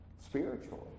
spiritually